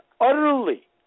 utterly